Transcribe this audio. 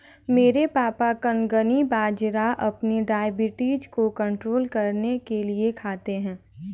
मेरे पापा कंगनी बाजरा अपनी डायबिटीज को कंट्रोल करने के लिए खाते हैं